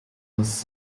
was